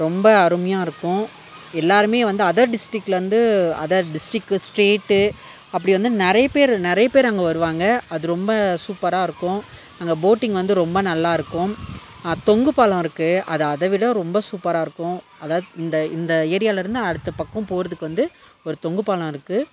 ரொம்ப அருமையாக இருக்கும் எல்லாருமே வந்து அதர் டிஸ்ட்டிக்லேருந்து அதர் டிஸ்ட்டிக்கு ஸ்டேட்டு அப்படி வந்து நிறைய பேர் நிறைய பேர் அங்கே வருவாங்க அது ரொம்ப சூப்பராக இருக்கும் அங்கே போட்டிங் வந்து ரொம்ப நல்லா இருக்கும் தொங்கு பாலம் இருக்குது அது அதை விட ரொம்ப சூப்பராக இருக்கும் அதாவது இந்த இந்த ஏரியாவில இருந்து அடுத்த பக்கம் போகிறதுக்கு வந்து ஒரு தொங்கு பாலம் இருக்குது